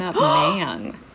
man